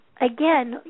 Again